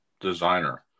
designer